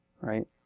Right